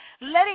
letting